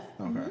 okay